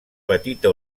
petita